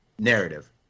Narrative